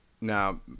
now